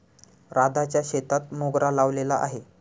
राधाच्या शेतात मोगरा लावलेला आहे